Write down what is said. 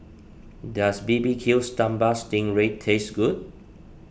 does Barbecue Sambal Sting Ray taste good